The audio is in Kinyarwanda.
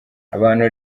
abantu